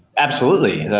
absolutely.